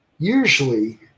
Usually